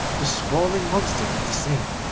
the sprawling monster did the same,